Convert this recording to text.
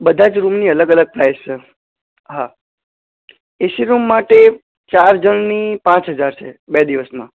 બધા જ રૂમની અલગ અલગ સાઈઝ છે હા એસી રૂમ માટે ચાર જણની પાંચ હજાર છે બે દિવસના